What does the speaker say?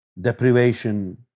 deprivation